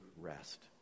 rest